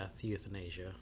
Euthanasia